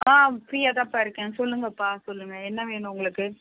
ஆ ஃப்ரீயாகதான்ப்பா இருக்கேன் சொல்லுங்கள்ப்பா சொல்லுங்கள் என்ன வேணும் உங்களுக்கு